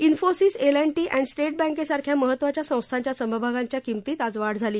Infosys L and T तसंच state बँकसारख्या महत्वाच्या संस्थांच्या समभागांच्या किमतींत आज वाढ झाली